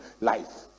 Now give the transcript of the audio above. life